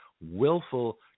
Willful